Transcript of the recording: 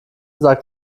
sagt